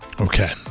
Okay